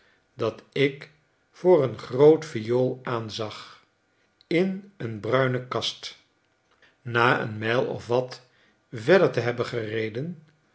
dat ik voor een groote viool aanzag in een bruine kast na een mijl of wat verder te hebben gereden